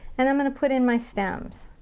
and i'm gonna put in my stems.